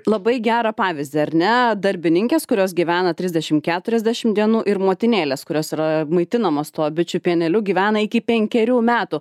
labai gerą pavyzdį ar ne darbininkės kurios gyvena trisdešim keturiasdešim dienų ir motinėlės kurios yra maitinamos tuo bičių pieneliu gyvena iki penkerių metų